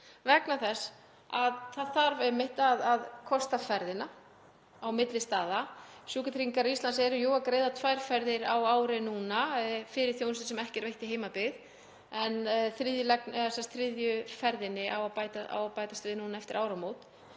vegna þess að það þarf að kosta ferðina á milli staða. Sjúkratryggingar Íslands eru jú að greiða tvær ferðir á ári núna fyrir þjónustu sem ekki er veitt í heimabyggð en þriðju ferðinni á að bæta við eftir áramót.